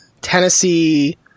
Tennessee